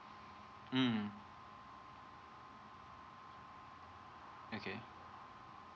mm okay